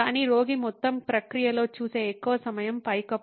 కానీ రోగి మొత్తం ప్రక్రియలో చూసే ఎక్కువ సమయం పైకప్పు